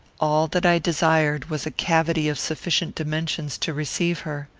all that i desired was a cavity of sufficient dimensions to receive her.